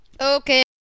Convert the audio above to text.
Okay